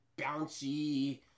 bouncy